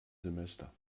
semester